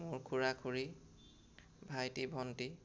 মোৰ খুৰা খুৰী ভাইটি ভণ্টী